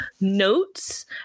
notes